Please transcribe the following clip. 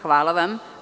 Hvala vam.